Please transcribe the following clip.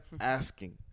asking